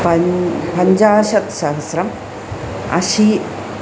पञ्च पञ्चाशत्सहस्रम् अशीतिः